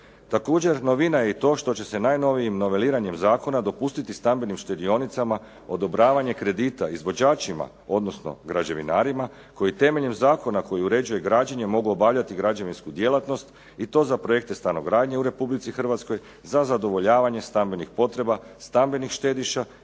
Također, novina je i to što će se najnovijim noveliranjem zakona dopustiti stambenim štedionicama odobravanje kredita izvođačima, odnosno građevinarima koji temeljem zakona koji uređuje građenje mogu obavljati građevinsku djelatnost i to za projekte stanogradnje u Republici Hrvatskoj za zadovoljavanje stambenih potreba stambenih štediša